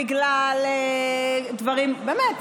בגלל דברים אחרים.